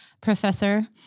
professor